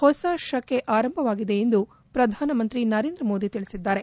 ಹೊಸ ಶಕೆ ಆರಂಭವಾಗಿದೆ ಎಂದು ಪ್ರಧಾನಮಂತ್ರಿ ನರೇಂದ್ರ ಮೋದಿ ತಿಳಿಸಿದ್ದಾರೆ